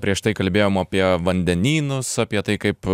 prieš tai kalbėjom apie vandenynus apie tai kaip